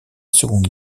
seconde